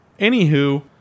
Anywho